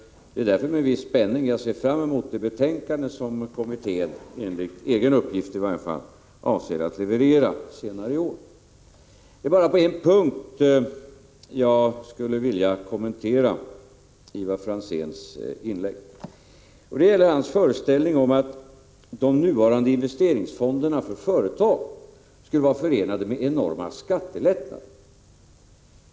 Det är därför med en viss spänning jag ser fram emot det betänkande som kommittén, i varje fall enligt egen uppgift, avser att leverera senare i år. På en punkt skulle jag dock vilja kommentera Ivar Franzéns inlägg. Det gäller hans föreställning om att de nuvarande investeringsfonderna för företag skulle vara förenade med enorma skattelättnader.